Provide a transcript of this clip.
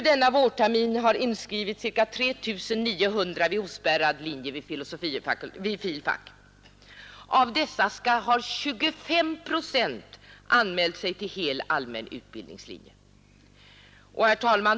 Denna vårtermin har totalt inskrivits 3 900 studerande vid ospärrad linje vid filosofisk fakultet. Av dessa har 25 procent anmält sig till hel allmän utbildningslinje.